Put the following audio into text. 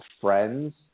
friends